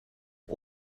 het